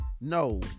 No